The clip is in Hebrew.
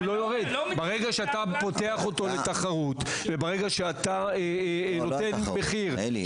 ברגע שאתה פותח אותו לתחרות וברגע שאתה נותן מחיר -- אלי,